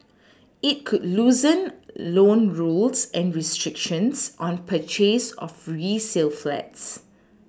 it could loosen loan rules and restrictions on purchase of resale flats